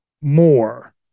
more